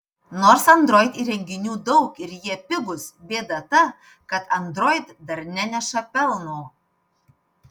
nors android įrenginių daug ir jie pigūs bėda ta kad android dar neneša pelno